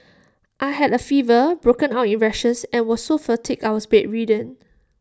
I had A fever broke out in rashes and was so fatigued I was bedridden